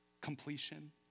completion